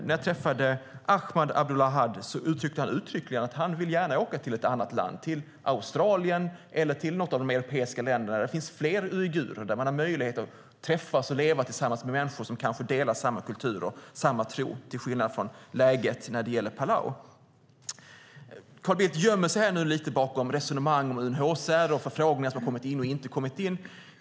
När jag träffade Ahmat Abdulahad sade han uttryckligen att han gärna ville åka till ett annat land, till Australien eller något av de europeiska länderna, där det finns fler uigurer. Där har de möjlighet att träffas och leva tillsammans med människor som kanske delar samma kultur och samma tro till skillnad från läget när det gäller Palau. Carl Bildt gömmer sig lite bakom resonemang om UNHCR och förfrågningar som har kommit in eller inte kommit in.